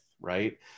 right